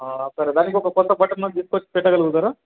సరే దానికొక కొత్త బటన్ తీసుకొచ్చి పెట్టగలుగుతారా